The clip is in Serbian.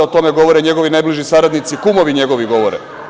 O tome govore njegovi najbliži saradnici, kumovi njegovi govore.